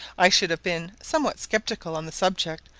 i should have been somewhat sceptical on the subject,